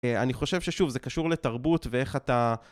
אני חושב ששוב, זה קשור לתרבות ואיך אתה...